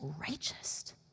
righteous